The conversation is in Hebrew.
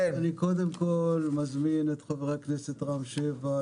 קודם כול אני מזמין את חבר הכנסת רם שפע,